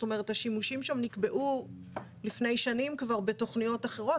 השימושים שם נקבעו לפני שנים כבר, בתכניות אחרות.